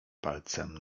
palcem